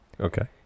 Okay